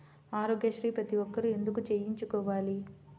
ఆరోగ్యశ్రీ ప్రతి ఒక్కరూ ఎందుకు చేయించుకోవాలి?